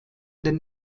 den